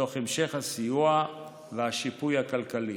תוך המשך הסיוע והשיפוי הכלכלי.